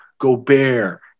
Gobert